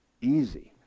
easy